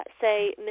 say